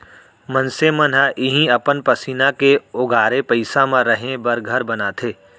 मनसे मन ह इहीं अपन पसीना के ओगारे पइसा म रहें बर घर बनाथे